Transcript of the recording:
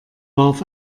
warf